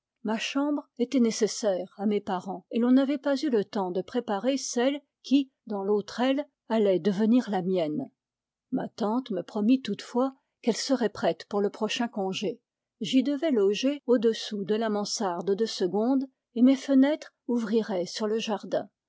ma chambre était nécessaire à mes parents et l'on n'avait pas eu le temps de préparer celle qui dans l'autre aile allait devenir la mienne ma tante me promit toutefois qu'elle serait prête pour le prochain congé j'y devais loger au-dessous de la mansarde de segonde et mes fenêtres ouvriraient sur le jardin